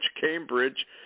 Cambridge